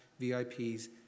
VIPs